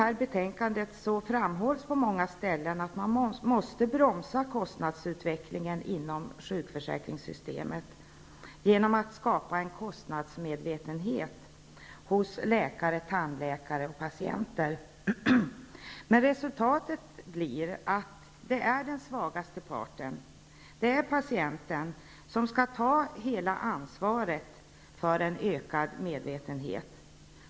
I betänkandet framhålls det på många ställen att man måste bromsa kostnadsutvecklingen inom sjukförsäkringssystemet genom att skapa en kostnadsmedvetenhet hos läkare, tandläkare och patienter. Resultatet blir då att den svagaste parten, patienten, får ta hela ansvaret för en ökad medvetenhet.